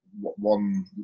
one